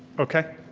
okay.